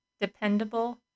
dependable